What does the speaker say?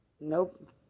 Nope